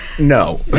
No